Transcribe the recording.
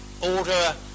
order